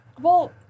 Well-